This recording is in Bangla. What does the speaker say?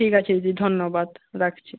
ঠিক আছে দিদি ধন্যবাদ রাখছি